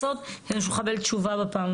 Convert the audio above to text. פה יש ציבור של אלפי אנשי רפואה שהם נגישים ביותר